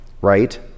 right